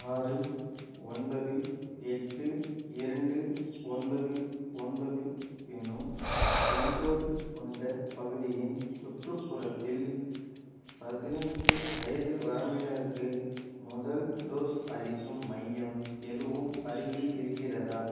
ஆறு ஒன்பது எட்டு இரண்டு ஒன்பது ஒன்பது என்னும் பின்கோட் கொண்ட பகுதியின் சுற்றுப்புறத்தில் பதினெட்டு வயது வரம்பினருக்கு முதல் டோஸ் அளிக்கும் மையம் எதுவும் அருகில் இருக்கிறதா